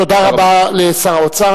תודה רבה לשר האוצר.